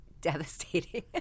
devastating